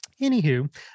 anywho